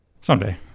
Someday